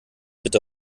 bitte